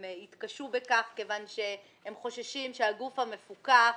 הם יתקשו בכך מכיוון שהם חוששים שהגוף המפוקח,